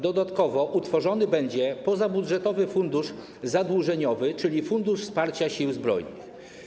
Dodatkowo utworzony będzie pozabudżetowy fundusz zadłużeniowy, czyli Fundusz Wsparcia Sił Zbrojnych.